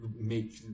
make